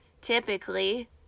typically